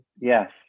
Yes